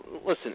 Listen